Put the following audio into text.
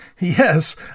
Yes